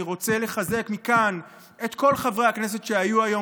אני רוצה לחזק מכאן את כל חברי הכנסת שהיו היום